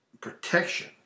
protection